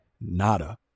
Nada